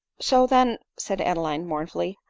so then, said adeline mournfully,